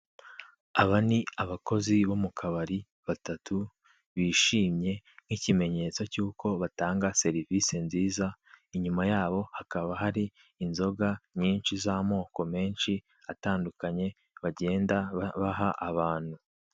Aba ni abakozi bo mu kabari batatu bishimye nk'ikimenyetso cy'uko batanga serivise nziza, inyuma yabo hakaba hari inzoga nyinshi z'amoko menshi atandukanye bagenda baha abantu.